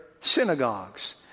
synagogues